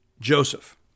Joseph